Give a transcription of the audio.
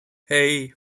hei